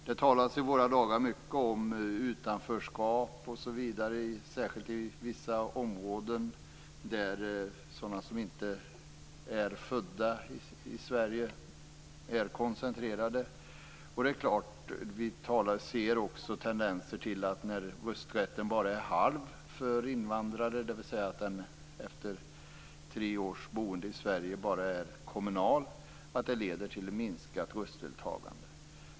Det talas i våra dagar mycket om utanförskap, särskilt i vissa områden där sådana som inte är födda i Sverige är koncentrerade. Vi ser också tendenser till att det förhållandet att rösträtten för invandrare bara är halv, dvs. att den efter tre års boende i Sverige bara är kommunal, leder till ett minskat röstdeltagande.